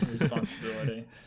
Responsibility